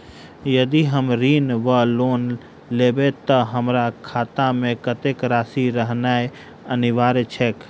यदि हम ऋण वा लोन लेबै तऽ हमरा खाता मे कत्तेक राशि रहनैय अनिवार्य छैक?